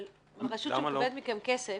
אבל רשות שמקבלת מכם כסף,